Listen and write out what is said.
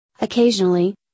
Occasionally